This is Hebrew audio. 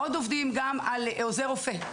עוד עובדים גם על עוזר רופא,